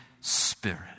Spirit